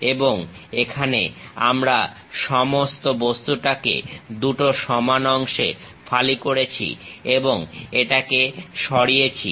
এবং এখানে আমরা সমস্ত বস্তুটাকে দুটো সমান অংশে ফালি করেছি এবং এটাকে সরিয়েছি